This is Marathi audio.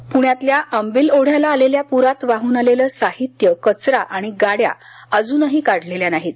प्ण्यातल्या अंबिल ओढ्याला आलेल्या पुरात वाहून आलेलं साहित्य कचरा आणि गाड्या अजूनही काढलेल्या नाहीत